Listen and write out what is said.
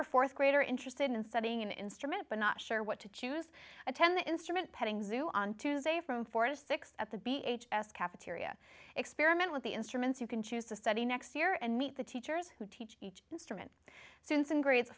or fourth grader interested in studying an instrument but not sure what to choose attend the instrument petting zoo on tuesday from four to six at the b h s cafeteria experiment with the instruments you can choose to study next year and meet the teachers who teach each instrument since in grade